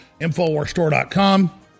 Infowarsstore.com